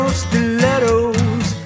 stilettos